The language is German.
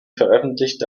veröffentlichte